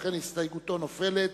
לכן הסתייגותו נופלת.